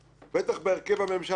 בטח בהרכב הממשלה הזה